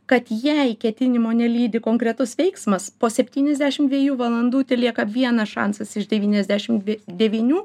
kad jei ketinimo nelydi konkretus veiksmas po septyniasdešim dviejų valandų telieka vienas šansas iš devyniasdešim devynių